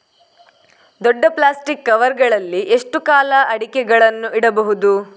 ದೊಡ್ಡ plastic cover ಗಳಲ್ಲಿ ಎಷ್ಟು ಕಾಲ ಅಡಿಕೆಗಳನ್ನು ಇಡಬಹುದು?